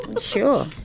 Sure